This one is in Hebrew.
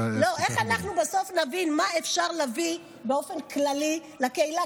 איך אנחנו בסוף נבין מה אפשר להביא באופן כללי לקהילה?